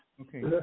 Okay